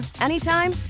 anytime